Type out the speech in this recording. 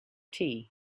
tea